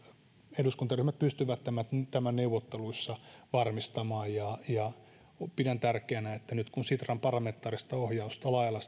eduskuntaryhmät pystyvät tämän tämän neuvotteluissa varmistamaan ja ja pidän tärkeänä että nyt kun sitran parlamentaarista ohjausta lailla